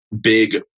big